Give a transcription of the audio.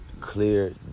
clear